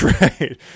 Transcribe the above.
Right